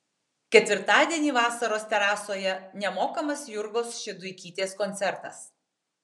ketvirtadienį vasaros terasoje nemokamas jurgos šeduikytės koncertas